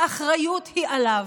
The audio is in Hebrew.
האחריות היא עליו.